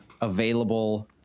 available